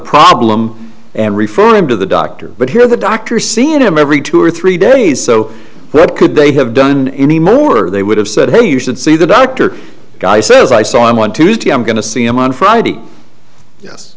problem and refer him to the doctor but here the doctors see him every two or three days so what could they have done any more or they would have said hey you should see the doctor guy says i saw him one tuesday i'm going to see him on friday yes